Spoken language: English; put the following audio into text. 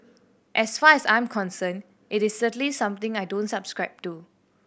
as far as I'm concerned it is certainly something I don't subscribe to